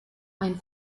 ein